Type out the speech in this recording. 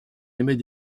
émet